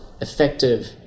effective